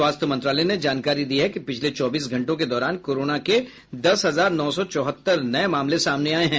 स्वास्थ्य मंत्रालय ने जानकारी दी है कि पिछले चौबीस घंटों के दौरान कोरोना के दस हजार नौ सौ चौहत्तर नए मामले सामने आये हैं